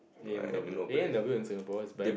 A-and-W A-and-W in Singapore is back